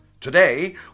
Today